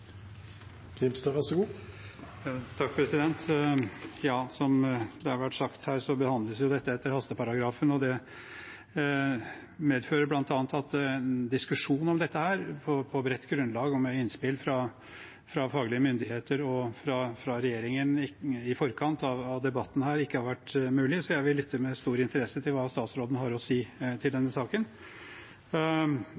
Som det har vært sagt her, behandles dette etter hasteparagrafen. Det medfører bl.a. at en diskusjon om dette på bredt grunnlag og med innspill fra faglige myndigheter og fra regjeringen i forkant av debatten her ikke har vært mulig, så jeg vil lytte med stor interesse til hva statsråden har å si til